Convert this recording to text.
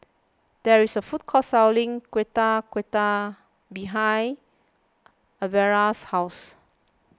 there is a food court selling Getuk Getuk behind Alverda's house